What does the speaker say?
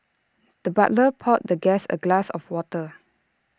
the butler poured the guest A glass of water